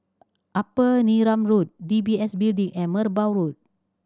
Upper Neram Road D B S Building and Merbau Road